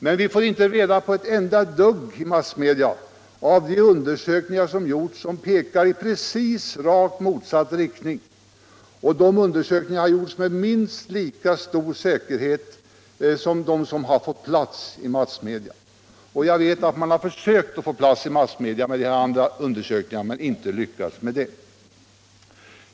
Men vi får inte reda på ett enda dugg i massmedia om de undersökningar som pekar i rakt motsatt riktning, och de undersökningarna har gjorts med minst lika stor säkerhet som de som har fått plats i massmedia. Jag vet att man försökt få plats i massmedia för de här andra undersökningarna men inte lyckats med det.